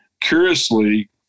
Curiously